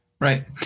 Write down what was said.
Right